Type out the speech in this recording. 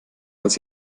als